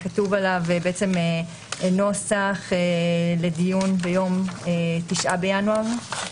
כתוב עליו בעצם נוסח לדיון ביום 9 בינואר.